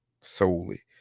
solely